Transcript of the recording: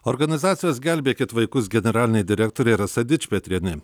organizacijos gelbėkit vaikus generalinė direktorė rasa dičpetrienė